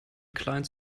client